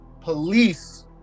police